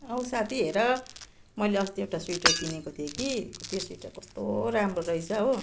औ साथी हेर मैले अस्ति एउटा स्वेटर किनेको थिएँ कि त्यो स्वेटर कस्तो राम्रो रहेछ हो